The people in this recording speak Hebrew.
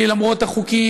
כי למרות החוקים,